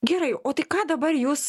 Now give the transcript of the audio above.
gerai o tai ką dabar jūs